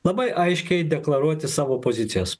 labai aiškiai deklaruoti savo pozicijas